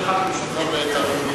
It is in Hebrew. לסדר?